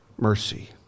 mercy